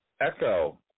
Echo